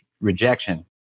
rejection